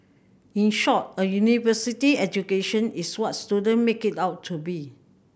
in short a university education is what student make it out to be